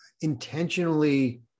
intentionally